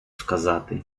сказати